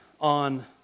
on